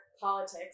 Politics